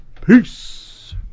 Peace